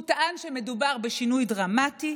הוא טען שמדובר בשינוי דרמטי,